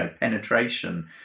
penetration